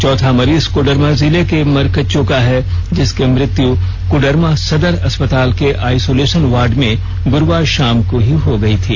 चौथा मरीज कोडरमा जिले के मरकच्चो का है जिसकी मृत्यु कोडरमा सदर अस्पताल के आइसोलेषन वार्ड में गुरूवार शाम को हो गयी थी